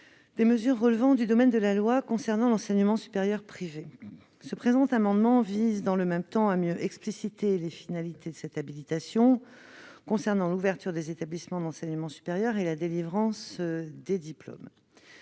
des mesures relevant du domaine de la loi concernant l'enseignement supérieur privé. Il vise à mieux expliciter les finalités de cette habilitation concernant l'ouverture des établissements d'enseignement supérieur et la délivrance des diplômes.